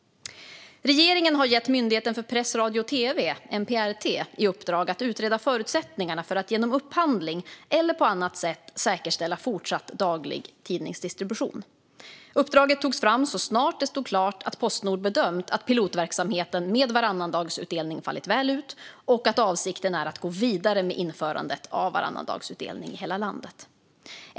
Regeringen har gett Myndigheten för press, radio och tv, MPRT, i uppdrag att utreda förutsättningarna för att genom upphandling eller på annat sätt säkerställa fortsatt daglig tidningsdistribution. Uppdraget togs fram så snart det stod klart att Postnord bedömt att pilotverksamheten med varannandagsutdelning fallit väl ut och att avsikten är att gå vidare med införandet av varannandagsutdelning i hela landet.